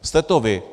Jste to vy.